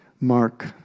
Mark